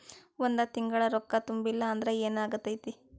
ಒಂದ ತಿಂಗಳ ರೊಕ್ಕ ತುಂಬಿಲ್ಲ ಅಂದ್ರ ಎನಾಗತೈತ್ರಿ?